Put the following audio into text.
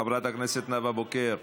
חברת הכנסת נאוה בוקר,